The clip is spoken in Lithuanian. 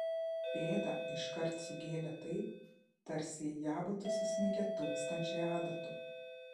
pėdą iškart sugėlė taip tarsi į ją būtų susmigę tūkstančiai adatų